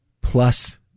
plus